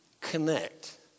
connect